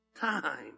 time